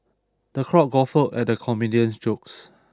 the crowd guffawed at the comedian's jokes